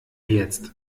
jetzt